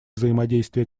взаимодействия